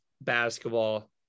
basketball